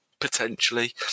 potentially